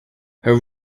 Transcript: her